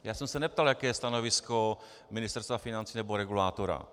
Já jsem se neptal, jaké je stanovisko Ministerstva financí nebo regulátora.